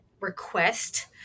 request